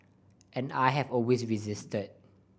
and I have always resisted